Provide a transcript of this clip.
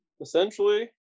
Essentially